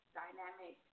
dynamic